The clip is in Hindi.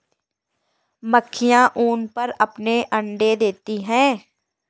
मक्खियाँ ऊन पर अपने अंडे देती हैं